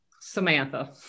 Samantha